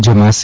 જેમાં સી